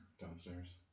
downstairs